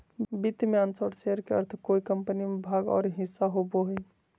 वित्त में अंश और शेयर के अर्थ कोय कम्पनी में भाग और हिस्सा होबो हइ